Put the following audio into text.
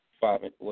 five